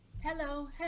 Hello